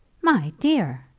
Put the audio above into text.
my dear!